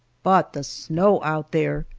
but the snow out there!